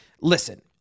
Listen